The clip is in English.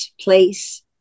place